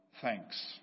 thanks